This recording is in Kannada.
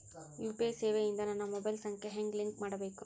ಯು.ಪಿ.ಐ ಸೇವೆ ಇಂದ ನನ್ನ ಮೊಬೈಲ್ ಸಂಖ್ಯೆ ಹೆಂಗ್ ಲಿಂಕ್ ಮಾಡಬೇಕು?